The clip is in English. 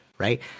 Right